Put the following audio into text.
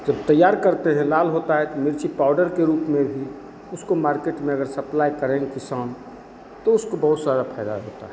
जब तैयार करते हैं लाल होता है मिर्ची पाउडर के रूप में भी उसको मार्केट में अगर सप्लाइ करेंगे तो उसको बहुत सारा फैला देता है